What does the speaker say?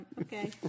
okay